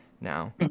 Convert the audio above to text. now